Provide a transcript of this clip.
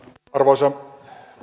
arvoisa